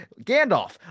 Gandalf